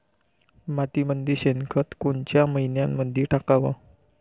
मातीमंदी शेणखत कोनच्या मइन्यामंधी टाकाव?